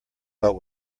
but